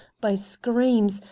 by screams,